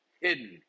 hidden